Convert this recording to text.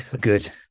Good